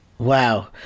Wow